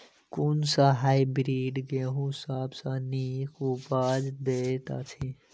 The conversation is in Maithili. कुन सँ हायब्रिडस गेंहूँ सब सँ नीक उपज देय अछि?